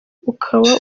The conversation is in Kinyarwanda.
ukaba